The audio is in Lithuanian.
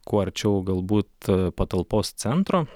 kuo arčiau galbūt patalpos centro